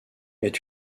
est